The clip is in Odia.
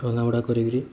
ରନ୍ଧା ବଢ଼ା କରି କିରି